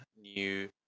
new